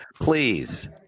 please